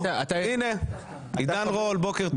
הנה, עידן רול, בוקר טוב.